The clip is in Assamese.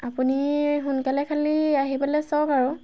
আপুনি সোনকালে খালি আহিবলৈ চাওক আৰু